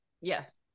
Yes